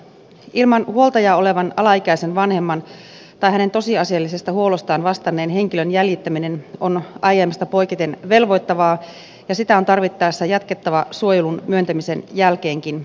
ilman huoltajaa olevan alaikäisen vanhemman tai hänen tosiasiallisesta huollostaan vastanneen henkilön jäljittäminen on aiemmasta poiketen velvoittavaa ja sitä on tarvittaessa jatkettava suojelun myöntämisen jälkeenkin